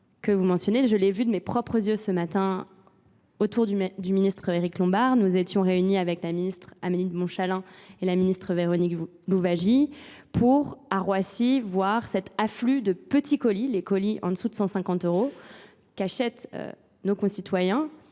que vous mentionnez. Je l'ai vu de mes propres yeux ce matin autour du ministre Éric Lombard. Nous étions réunis avec la ministre Amélie de Montchalin et la ministre Véronique Louvagie pour à Roissy voir cet afflux de petits colis, les colis en dessous de 150 euros, qu'achètent nos concitoyens